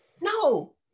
No